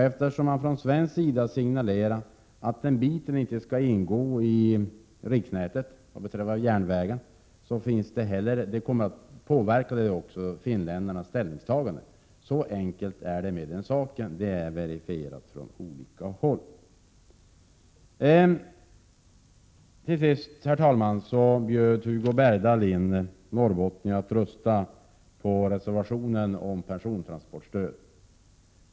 Eftersom man från svenk sida har signalerat att den järnvägsbiten inte skall ingå i riksnätet, påverkar det också finländarnas ställningstagande. Så enkelt är det med den saken, och det har verifierats från olika håll. Hugo Bergdahl bjöd in norrbottningarna att rösta på reservationen om persontransportstöd.